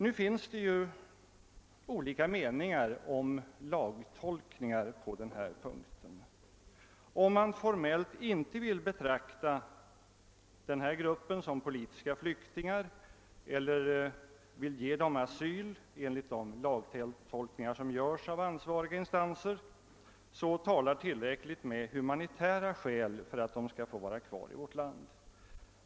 Det finns olika meningar om hur lagen skall tolkas på denna punkt. Om man inte formellt vill betrakta den aktuella gruppen av zigenare som politiska flyktingar och inte vill ge dem asyl, enligt de lagtolkningar som görs av ansva riga instanser, talar tillräckliga humanitära skäl för att de skall få vara kvar i vårt land.